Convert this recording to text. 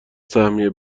سهمیه